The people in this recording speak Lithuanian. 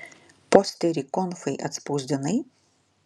posterį konfai atspausdinai